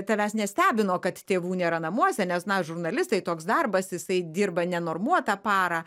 tavęs nestebino kad tėvų nėra namuose nes na žurnalistai toks darbas jisai dirba nenormuotą parą